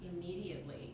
immediately